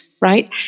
right